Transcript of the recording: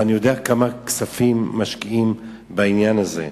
ואני יודע כמה כספים משקיעים בעניין הזה.